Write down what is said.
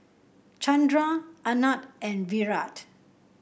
Chandra Anand and Virat